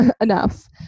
enough